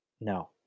No